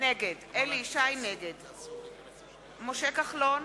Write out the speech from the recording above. נגד משה כחלון,